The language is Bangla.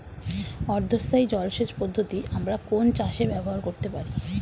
অর্ধ স্থায়ী জলসেচ পদ্ধতি আমরা কোন চাষে ব্যবহার করতে পারি?